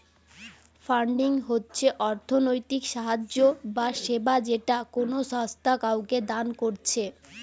funding হচ্ছে অর্থনৈতিক সাহায্য বা সেবা যেটা কোনো সংস্থা কাওকে দান কোরছে